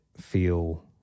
feel